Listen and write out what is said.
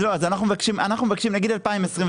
נגיד 2024,